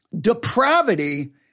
Depravity